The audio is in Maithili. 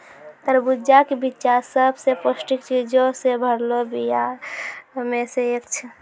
तरबूजा के बिच्चा सभ से पौष्टिक चीजो से भरलो बीया मे से एक छै